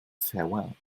farewell